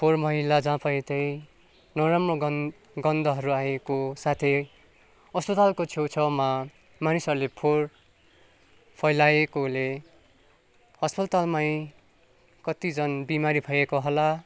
फोहोर मैला जहाँ पायो त्यहीँ नराम्रो गन गन्धहरू आएको साथै अस्पतालको छेउछाउमा मानिसहरूले फोहोर फैलाएकोले अस्पतालमै कतिजना बिमारी भएको होला